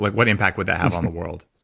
like what impact would that have on the world?